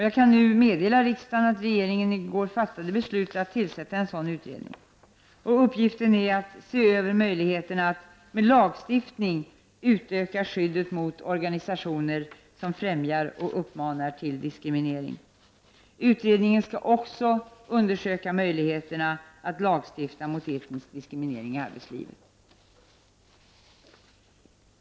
Jag kan nu meddela riksdagen att regeringen i går fattat beslut om att tillsätta en'sådan utredning. Uppgiften är att se över möjligheterna att med en lagstiftning utöka skyddet mot organisationer som främjar och uppmanar till diskriminering. Utredningen skall också undersöka möjligheterna att lagstifta mot etnisk diskriminering i arbetslivet.